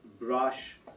brush